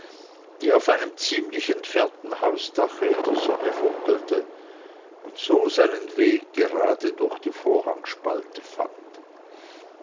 die auf einem ziemlich entfernten hausdache in der sonne funkelte und so seinen weg gerade durch die vorhangspalte fand